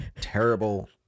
terrible